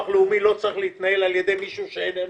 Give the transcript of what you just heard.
הלאומי לא צריך להתנהל על ידי מישהו שבכלל איננו,